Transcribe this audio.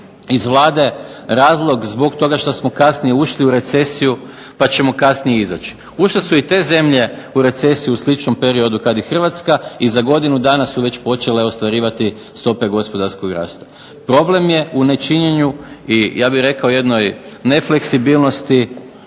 iz Vlade, razlog zbog toga šta smo kasnije ušli u recesiju, pa ćemo kasnije i izaći. Ušle su i te zemlje u recesiju u sličnom periodu kad i Hrvatska, i za godinu dana su već počele ostvarivati stope gospodarskog rasta. Problem je u nečinjenju i ja bih rekao jednoj nefleksibilnosti,